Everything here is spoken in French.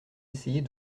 essayer